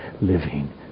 living